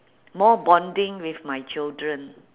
more bonding with my children